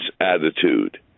attitude